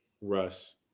Russ